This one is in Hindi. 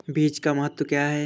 बीज का महत्व क्या है?